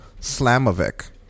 Slamovic